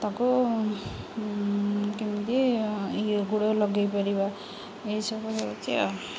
ତାକୁ କେମିତି ଗୋଡ଼ ଲଗାଇପାରିବା ଏସବୁ ହେଉଛି ଆଉ